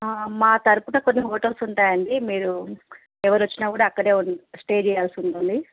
మా తరపున కొన్ని హోటల్స్ ఉంటాయండి మీరు ఎవరొచ్చినా కూడా అక్కడేమి ఉం స్టే చెయ్యాల్సుంటుంది